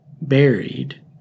buried